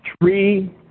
three